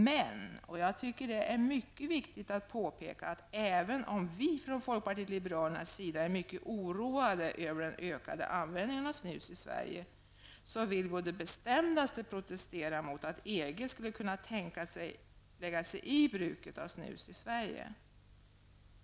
Men jag tycker att det är viktigt att påpeka att även om vi från folkpartiet liberalernas sida är mycket oroade över den ökande användningen av snus i Sverige, vill vi å det bestämdaste protestera mot att EG skulle kunna tänka sig lägga sig i bruket av snus i Sverige.